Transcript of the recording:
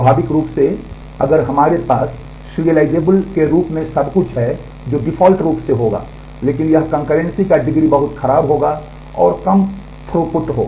स्वाभाविक रूप से अगर हमारे पास सिरिअलाइज़ेबल के रूप में सब कुछ है जो डिफ़ॉल्ट रूप से होगा लेकिन यह कंकर्रेंसी का डिग्री बहुत खराब होगा और बहुत कम थ्रूपुट होगा